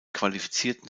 qualifizierten